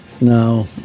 no